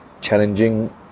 challenging